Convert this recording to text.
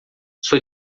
sua